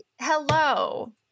hello